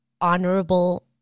honorable